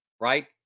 right